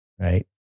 right